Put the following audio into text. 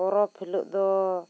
ᱯᱚᱨᱚᱵᱽ ᱦᱤᱞᱟᱹᱜ ᱫᱚ